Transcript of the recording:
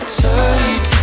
tight